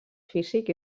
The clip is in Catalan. físic